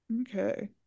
Okay